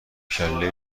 کله